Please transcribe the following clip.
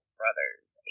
brothers